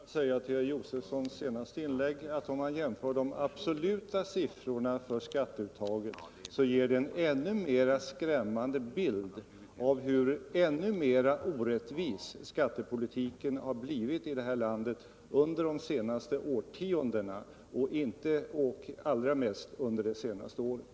Herr talman! Jag vill bara säga med anledning av herr Josefsons senaste inlägg att om man jämför de absoluta siffrorna för skattcuttagen ger det en ännu mer skrämmande bild av hur orättvis skattepolitiken har blivit under de senaste årtiondena och allra mest under det senaste året.